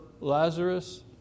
Lazarus